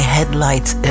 Headlights